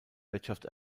wirtschaft